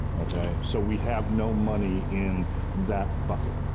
so we have no money in that bucket.